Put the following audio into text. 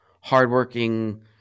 hardworking